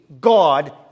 God